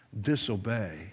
disobey